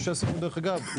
דרך אגב,